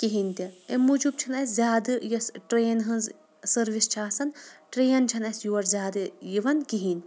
کِہیٖنۍ تہِ امہِ موٗجوٗب چھِنہٕ اَسہِ زیادٕ یۄس ٹرٛین ہٕنٛز سٔروِس چھِ آسان ٹرٛین چھَنہٕ اَسہِ یور زیادٕ یِوان کِہیٖنۍ